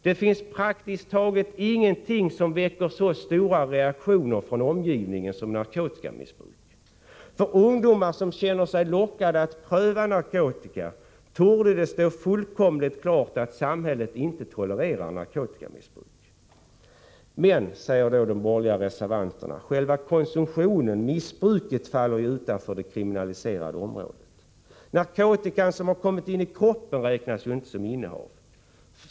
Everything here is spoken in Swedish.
Det finns praktiskt taget ingenting som väcker så stora reaktioner från omgivningen som narkotikamissbruk. För ungdomar som känner sig lockade att pröva narkotika torde det stå fullkomligt klart att samhället inte tolererar narkotikamissbruk. Men, säger då de borgerliga reservanterna — själva konsumtionen, missbruket faller ju utanför det kriminaliserade området. Den narkotika som finns i kroppen räknas ju inte som innehav.